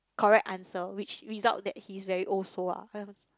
correct answer which result that he is very old so ah